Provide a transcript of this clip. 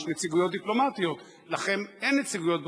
יש נציגויות דיפלומטיות.